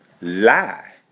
lie